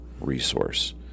resource